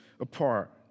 apart